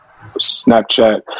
Snapchat